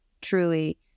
Truly